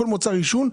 כל מוצר עישון,